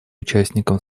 участником